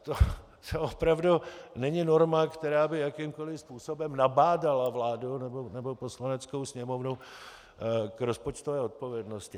To opravdu není norma, která by jakýmkoli způsobem nabádala vládu nebo Poslaneckou sněmovnu k rozpočtové odpovědnosti.